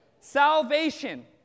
Salvation